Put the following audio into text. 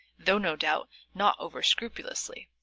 though, no doubt, not over scrupulously.